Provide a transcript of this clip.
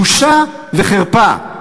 בושה וחרפה.